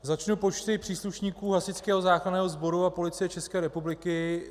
Začnu počty příslušníků Hasičského záchranného sboru a Policie České republiky.